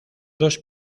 dos